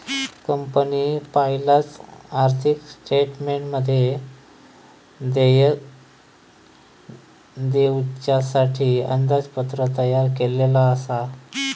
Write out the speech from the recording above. कंपनीन पयलाच आर्थिक स्टेटमेंटमध्ये देयक दिवच्यासाठी अंदाजपत्रक तयार केल्लला आसा